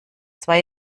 zwei